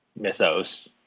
mythos